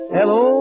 Hello